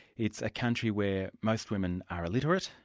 it's a country where most women are illiterate,